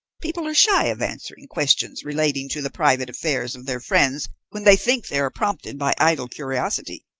people are shy of answering questions relating to the private affairs of their friends when they think they are prompted by idle curiosity,